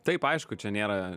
taip aišku čia nėra